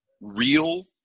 real